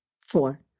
Four